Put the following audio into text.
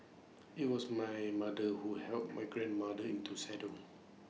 IT was my mother who help my grandmother into saddle